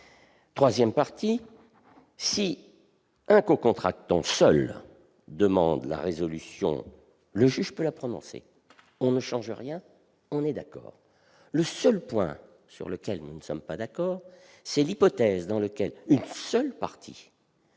Par ailleurs, si un cocontractant seul demande la résolution, le juge peut la prononcer. Nous ne changeons rien, car nous sommes d'accord. Le seul point sur lequel nous ne sommes pas d'accord, c'est l'hypothèse dans laquelle une seule partie